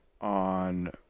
on